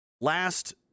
last